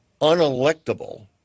unelectable